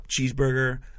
cheeseburger